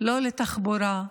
לא לתחבורה,